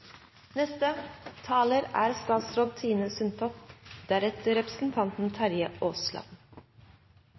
Neste taler er representanten